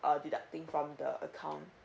uh deducting from the account